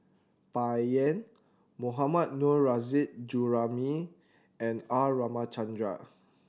Bai Yan Mohammad Nurrasyid Juraimi and R Ramachandran